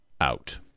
Out